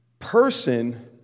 Person